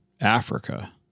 Africa